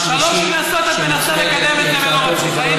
שלוש כנסות את מנסה לקדם את זה ולא מצליחה.